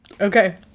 Okay